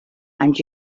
and